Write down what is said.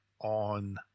on